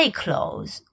clothes